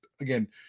again